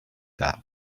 that